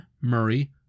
Murray